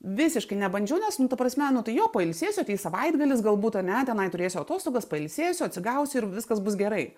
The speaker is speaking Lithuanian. visiškai nebandžiau nes nu ta prasme nu tai jo pailsėsiu ateis savaitgalis galbūt ane tenai turėsiu atostogas pailsėsiu atsigausiu ir viskas bus gerai